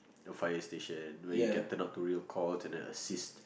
the fire station where you can turn out to real call to the assist